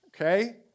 okay